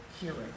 hearing